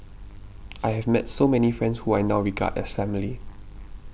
I have met so many friends who I now regard as family